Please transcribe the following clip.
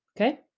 okay